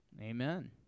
Amen